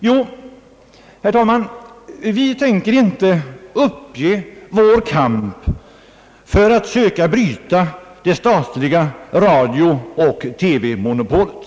Jo, herr talman, vi tänker inte uppge vår kamp för att söka bryta det statliga radiooch TV monopolet.